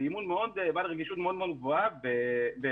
זה אימון בעל רגישות מאוד מאוד גבוהה בבטיחות.